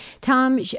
Tom